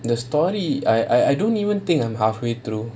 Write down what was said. the story I I don't even think I'm halfway through